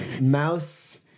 Mouse